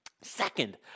Second